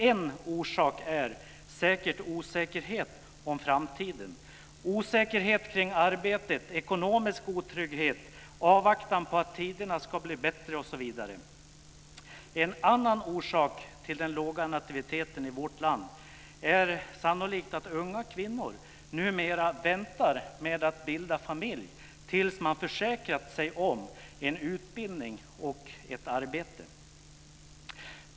En orsak är säkert osäkerhet om framtiden - osäkerhet kring arbetet, ekonomisk otrygghet, avvaktan på att tiderna ska bli bättre osv. En annan orsak till den låga nativiteten i vårt land är sannolikt att unga kvinnor numera väntar med att bilda familj tills de försäkrat sig om en utbildning och ett arbete.